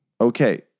Okay